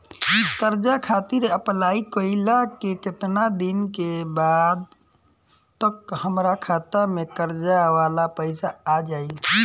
कर्जा खातिर अप्लाई कईला के केतना दिन बाद तक हमरा खाता मे कर्जा वाला पैसा आ जायी?